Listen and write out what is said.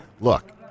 Look